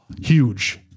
Huge